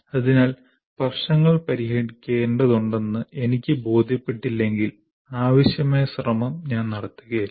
അതിനാൽ പ്രശ്നങ്ങൾ പരിഹരിക്കേണ്ടതുണ്ടെന്ന് എനിക്ക് ബോധ്യപ്പെട്ടില്ലെങ്കിൽ ആവശ്യമായ ശ്രമം ഞാൻ നടത്തുകയില്ല